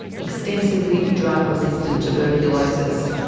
extensively drug resistant tuberculosis,